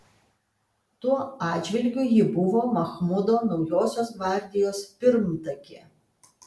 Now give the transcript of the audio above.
tuo atžvilgiu ji buvo machmudo naujosios gvardijos pirmtakė